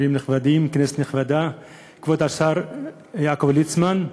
כנסת נכבדה, כבוד השר יעקב ליצמן,